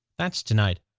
that's denied.